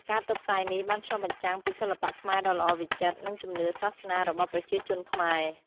ការតុបតែងនេះបានឆ្លុះបញ្ចាំងពីសិល្បៈខ្មែរដ៏ល្អវិចិត្រ និងជំនឿសាសនារបស់ប្រជាជនខ្មែរ។